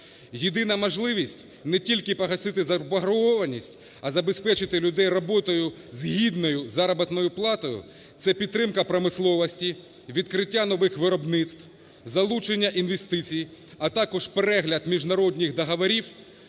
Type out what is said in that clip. Єдина можливість не тільки погасити заборгованість, а забезпечити людей роботою з гідною заробітною платою – це підтримка промисловості, відкриття нових виробництв, залучення інвестицій, а також перегляд міжнародних договорів,